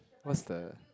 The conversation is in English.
what's the